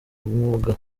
umwuga